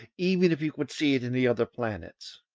even if we could see it in the other planets.